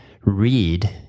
read